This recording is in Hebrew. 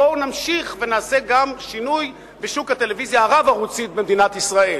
בואו נמשיך ונעשה גם שינוי בשוק הטלוויזיה הרב-ערוצית במדינת ישראל.